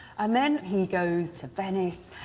and then he goes to venice,